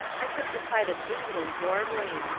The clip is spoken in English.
i took the side of england warmly.